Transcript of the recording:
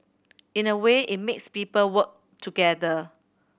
in a way it makes people work together